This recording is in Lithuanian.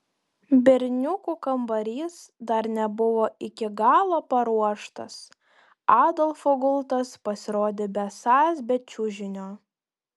berniukų kambarys dar nebuvo iki galo paruoštas adolfo gultas pasirodė besąs be čiužinio